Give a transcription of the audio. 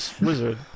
wizard